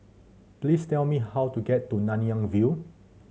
please tell me how to get to Nanyang View